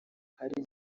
hari